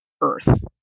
earth